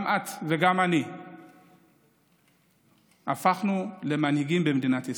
גם את וגם אני הפכנו למנהיגים במדינת ישראל.